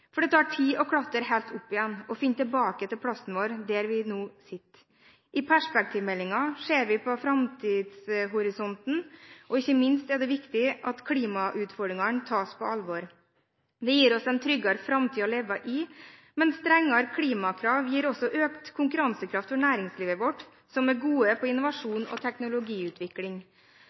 for det tar tid å klatre helt opp igjen og finne tilbake til plassen vår – der vi nå sitter. I perspektivmeldingen ser vi på framtidshorisonten, og ikke minst er det viktig at klimautfordringene tas på alvor. Det gir oss en tryggere framtid å leve i, men strengere klimakrav gir også økt konkurransekraft for næringslivet vårt, som er god på innovasjon og teknologiutvikling.